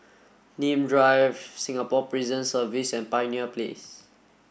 Nim Drive Singapore Prison Service and Pioneer Place